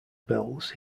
bills